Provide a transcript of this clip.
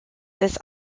this